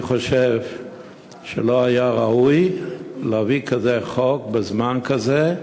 אני חושב שלא היה ראוי להביא כזה חוק בזמן כזה,